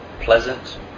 pleasant